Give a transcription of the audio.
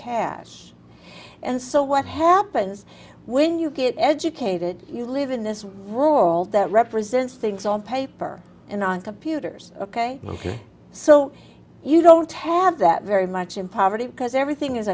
cash and so what happens when you get educated you live in this rule that represents things on paper and on computers ok ok so you don't have that very much in poverty because everything is